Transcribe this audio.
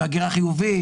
יש הגירה חיובית,